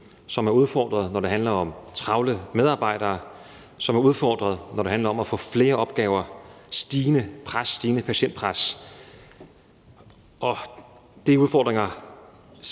som er udfordret, når det handler om travle medarbejdere; som er udfordret, når det handler om at få flere opgaver – stigende pres, stigende patientpres. Og de udfordringer